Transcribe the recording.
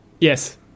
Yes